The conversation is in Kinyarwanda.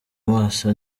amaso